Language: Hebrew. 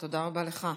תודה רבה לך.